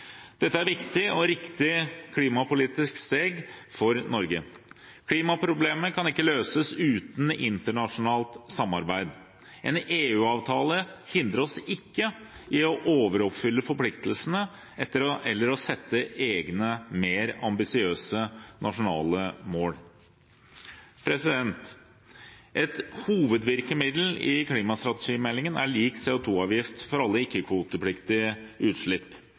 Dette er et viktig og riktig klimapolitisk steg for Norge. Klimaproblemet kan ikke løses uten internasjonalt samarbeid, og en EU-avtale hindrer oss ikke i å overoppfylle forpliktelsene eller å sette egne, mer ambisiøse, nasjonale mål. Et hovedvirkemiddel i klimastrategimeldingen er lik CO 2 -avgift for alle ikke-kvotepliktige utslipp.